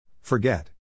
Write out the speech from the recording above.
Forget